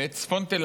בצפון תל